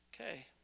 Okay